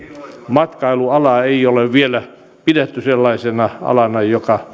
matkailualaa ei ole vielä pidetty sellaisena alana